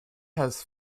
has